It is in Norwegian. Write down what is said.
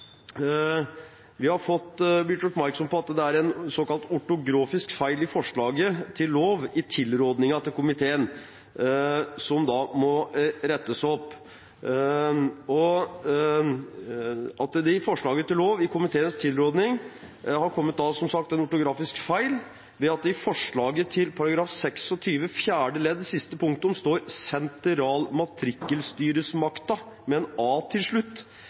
vi jo forsøke å unngå. Jeg skal forsøke å få dette noenlunde forståelig. Vi har blitt gjort oppmerksom på at det i forslaget til lov i tilrådningen fra komiteen er en såkalt ortografisk feil, som da må rettes opp: I forslaget til § 26 fjerde ledd siste punktum står det «sentral matrikkelstyresmakta» – med en a til slutt.